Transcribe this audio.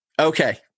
Okay